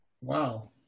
Wow